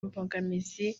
imbogamizi